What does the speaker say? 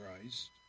Christ